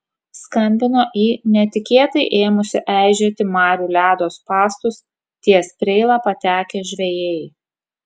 skambino į netikėtai ėmusio eižėti marių ledo spąstus ties preila patekę žvejai